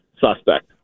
suspect